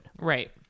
right